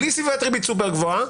בלי סביבת ריבית סופר גבוהה,